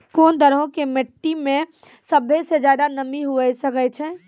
कोन तरहो के मट्टी मे सभ्भे से ज्यादे नमी हुये सकै छै?